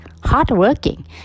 hardworking